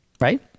Right